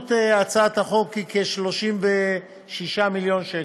עלות הצעת החוק היא כ-36 מיליון שקל.